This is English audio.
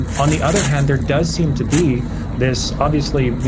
um on the other hand, there does seem to be this, obviously,